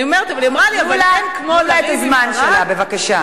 תנו לה את הזמן שלה בבקשה.